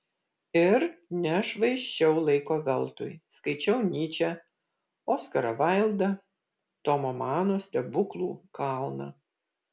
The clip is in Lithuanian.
ir nešvaisčiau laiko veltui skaičiau nyčę oskarą vaildą tomo mano stebuklų kalną